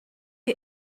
you